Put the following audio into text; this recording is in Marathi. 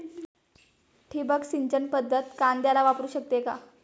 ठिबक सिंचन पद्धत कांद्याला वापरू शकते का?